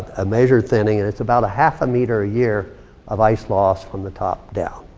a measured thinning. and it's about a half a meter a year of ice loss from the top down.